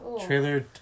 Trailer